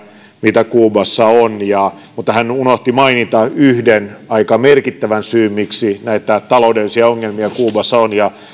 mitä kuubassa on mutta hän unohti mainita yhden aika merkittävän syyn miksi näitä taloudellisia ongelmia kuubassa on